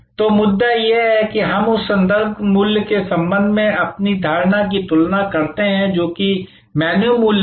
तो मुद्दा यह है कि हम उस संदर्भ मूल्य के संबंध में अपनी धारणा की तुलना करते हैं जो कि मेनू मूल्य है